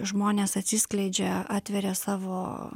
žmonės atsiskleidžia atveria savo